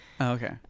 okay